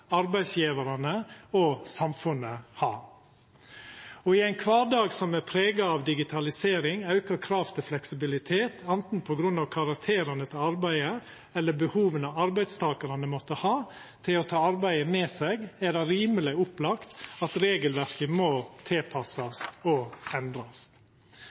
arbeidsgjevarane og samfunnet har. I ein kvardag som er prega av digitalisering, auka krav til fleksibilitet, anten på grunn av karakteren til arbeidet eller behova arbeidstakarane måtte ha til å ta arbeidet med seg, er det rimeleg opplagt at regelverket må tilpassast og endrast.